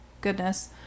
goodness